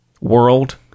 world